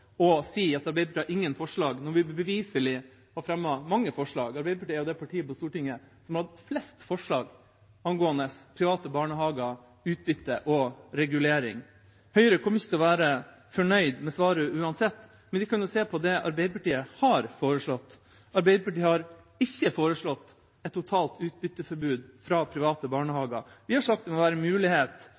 og si at Arbeiderpartiet har ingen forslag – når vi beviselig har fremmet mange forslag. Arbeiderpartiet er det partiet på Stortinget som har hatt flest forslag angående private barnehager, utbytte og regulering. Høyre kommer ikke til å være fornøyd med svaret uansett. Men vi kan jo se på det Arbeiderpartiet har foreslått. Arbeiderpartiet har ikke foreslått et totalt utbytteforbud fra private barnehager. Vi har sagt det må være